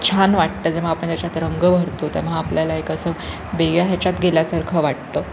छान वाटतं जेव्हा आपण त्याच्यात रंग भरतो तेव्हा आपल्याला एक असं वेगळ्या ह्याच्यात गेल्यासारखं वाटतं